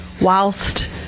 Whilst